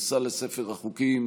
ונכנסה לספר החוקים.